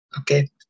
Okay